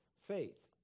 faith